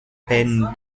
peine